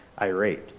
irate